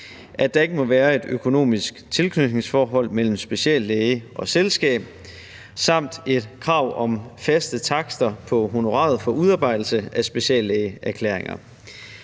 at der ikke må være et økonomisk tilknytningsforhold mellem speciallæge og selskab samt et krav om faste takster på honoraret for udarbejdelse af speciallægeerklæringer.